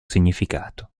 significato